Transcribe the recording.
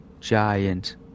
giant